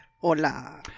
Hola